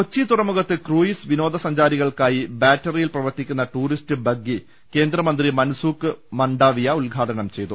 കൊച്ചി തുറമുഖത്ത് ക്രൂയിസ് വിനോദ സഞ്ചാരി കൾക്കായി ബാറ്ററിയിൽ പ്രവർത്തിക്കുന്ന ടൂറിസ്റ്റ് ബഗ്ഗി കേന്ദ്രമന്ത്രി മൻസുഖ് മൻഡാവിയ ഉദ്ഘാടനം ചെയ്തു